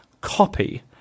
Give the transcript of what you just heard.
copy